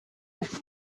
that